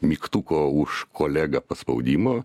mygtuko už kolegą paspaudimo